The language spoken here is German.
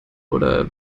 oder